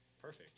Perfect